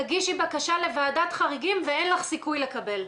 תגישי בקשה לוועדת חריגים ואין לה סיכוי לקבל.